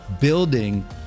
building